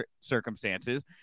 circumstances